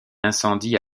incendie